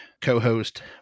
co-host